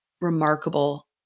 remarkable